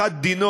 אחת דינו,